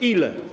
Ile?